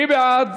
מי בעד,